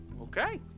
Okay